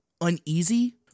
uneasy